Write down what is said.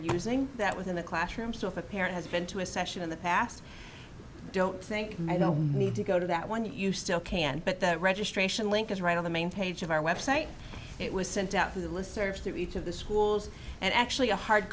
using that within the classroom so if a parent has been to a session in the past don't think i don't need to go to that when you still can but that registration link is right on the main page of our website it was sent out with a list serve to each of the schools and actually a hard